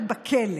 כולנו.